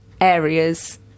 areas